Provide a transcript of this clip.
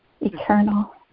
eternal